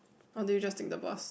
or do you just take the bus